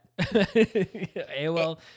AOL